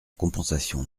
compensation